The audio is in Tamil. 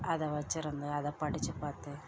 அதை வெச்சுருந்தேன் அதை படிச்சு பார்த்து